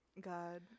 God